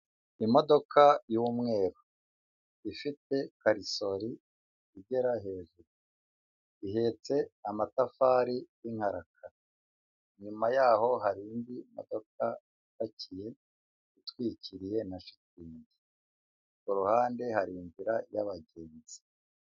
Imodoka y'umweru ifite karisori igera hejuru, ihetse amatafari y'inkarakara, inyuma yaho hari indi modoka ipakiye itwikiriwe na shitingi ku ruhande hari inzira y'abagenzi.